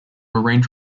arrange